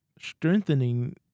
strengthening